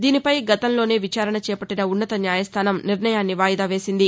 దీనిపై గతంలోనే విచారణ చేపట్టిన ఉన్నత న్యాయస్థానం నిర్ణయాన్నివాయిదా వేసింది